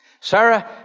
Sarah